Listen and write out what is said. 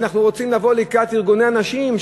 אנחנו רוצים לבוא לקראת ארגוני הנשים,